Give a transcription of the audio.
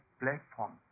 platform